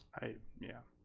i, yeah.